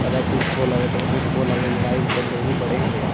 कदें किश बोल्ला दे कदें कुछ बोला दे होङन लड़ाई झगडे़ बी बडे़ होंदे ना